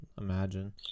imagine